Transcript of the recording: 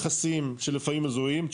מכסים שלפעמים הזויים,